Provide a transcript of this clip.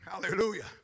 Hallelujah